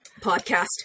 podcast